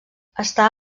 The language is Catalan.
està